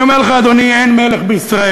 אני אומר לך, אדוני, אין מלך בישראל.